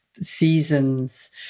seasons